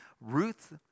Ruth